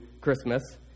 Christmas